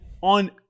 on